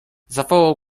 zawołał